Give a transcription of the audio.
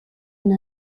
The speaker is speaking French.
une